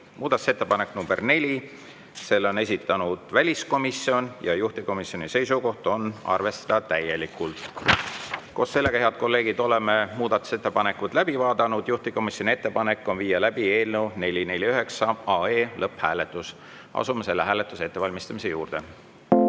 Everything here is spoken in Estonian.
Muudatusettepanek nr 4, selle on esitanud väliskomisjon ja juhtivkomisjoni seisukoht on arvestada täielikult. Head kolleegid, oleme muudatusettepanekud läbi vaadanud. Juhtivkomisjoni ettepanek on viia läbi eelnõu 449 lõpphääletus. Asume selle hääletuse ettevalmistamise juurde. Head